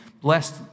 blessed